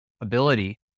ability